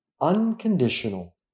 unconditional